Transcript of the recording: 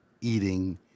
eating